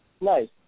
nice